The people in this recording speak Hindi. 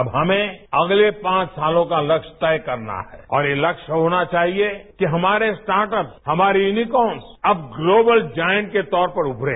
अब हमें अगले पांच सातों का लक्ष्य तय करना है और ये लस्य होना चाहिए कि हमारे स्टार्ट अप्स हमारे यूनीकॉन्स अब ग्लोबल जाइंट के तौर पर उभरें